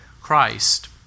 Christ